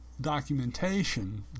documentation